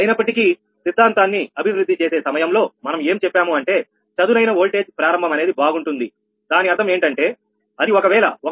అయినప్పటికీ సిద్ధాంతాన్ని అభివృద్ధి చేసే సమయంలోమనం ఏం చెప్పాము అంటే చదునైన ఓల్టేజ్ ప్రారంభం అనేది బాగుంటుంది దాని అర్థం ఏంటంటేఅది ఒకవేళ 1